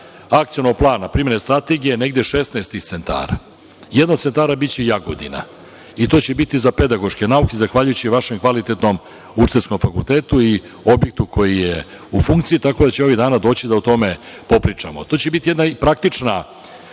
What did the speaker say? akcionog plana primene strategije, negde 16 tih centara. Jedan od centara biće Jagodina i to će biti za pedagoške nauke, zahvaljujući vašem kvalitetnom Učiteljskom fakultetu i objektu koji je u funkciji, tako da ću ovih dana doći da o tome popričamo. To će biti jedna praktična